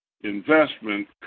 investment